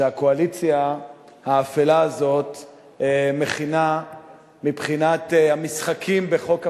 שהקואליציה האפלה הזאת מכינה מבחינת המשחקים בחוק הבחירות.